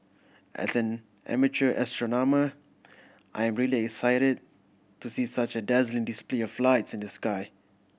as an amateur astronomer I am really excited to see such a dazzling display of lights in the sky